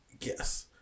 Yes